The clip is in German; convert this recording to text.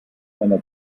meiner